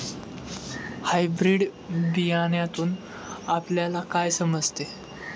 Hybrid बियाण्यातून आपल्याला काय समजते?